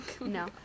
No